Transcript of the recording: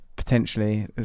Potentially